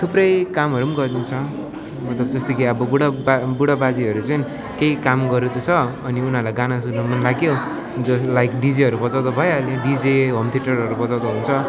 थुप्रै कामहरू पनि गरिदिन्छ मतलब जस्तै कि अब बुढा बा बुढा बाजेहरू चाहिँ केही काम गर्नु हुँदैछ अनि उनीहरूलाई गाना सुन्न मन लाग्यो लाइक डिजेहरू बजाउँदा भइहाल्यो डिजे होम थेटरहरू बजाउँदा हुन्छ